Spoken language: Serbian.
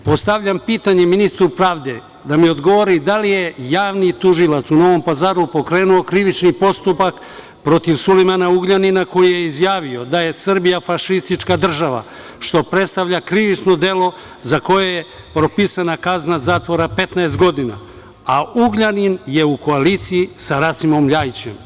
Postavljam pitanje ministru pravde da mi odgovori – da li je javni tužilac u Novom Pazaru pokrenuo krivični postupak protiv Sulejmana Ugljanina koji je izjavio da je Srbija fašistička država, što predstavlja krivično delo za koje je propisana kazna zatvora 15 godina, a Ugljanin je u koaliciji sa Rasimom LJajićem?